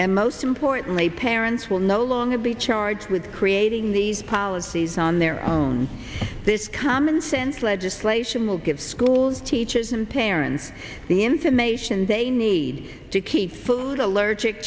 and most importantly parents will no longer be charged with creating these policies on their own this commonsense legislation will give schools teachers and parents the information they need to keep food allergic